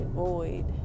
void